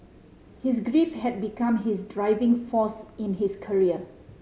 his grief had become his driving force in his career